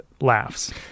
laughs